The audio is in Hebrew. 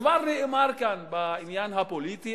כבר דובר כאן על העניין הפוליטי,